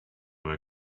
her